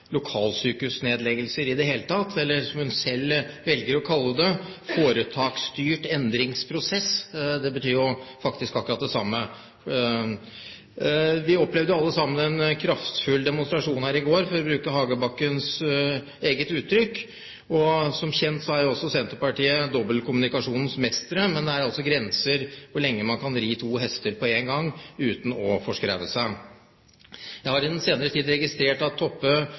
lokalsykehusnedleggelser i det hele tatt – eller, som hun selv velger å kalle det, «føretaksstyrte endringsprosessar». Det betyr jo faktisk akkurat det samme. Vi opplevde alle sammen «en kraftfull demonstrasjon» her i går, for å bruke Hagebakkens eget uttrykk. Som kjent er også Senterpartiet dobbeltkommunikasjonens mestre, men det er altså grenser for hvor lenge man kan ri to hester på én gang uten å forskreve seg. Jeg har i den senere tid registrert at Toppe